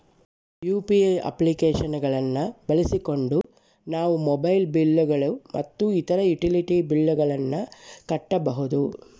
UPI application ಗಳನ್ನ ಬಳಸಿಕೊಂಡು ನಾವು ಮೊಬೈಲ್ ಬಿಲ್ ಗಳು ಮತ್ತು ಇತರ ಯುಟಿಲಿಟಿ ಬಿಲ್ ಗಳನ್ನ ಕಟ್ಟಬಹುದು